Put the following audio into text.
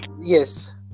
yes